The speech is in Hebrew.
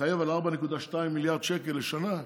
להתחייב על 4.2 מיליארד שקל לשנה,